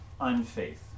unfaith